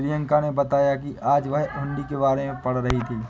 प्रियंका ने बताया कि आज वह हुंडी के बारे में पढ़ी थी